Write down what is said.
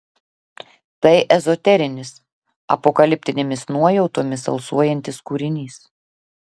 tai ezoterinis apokaliptinėmis nuojautomis alsuojantis kūrinys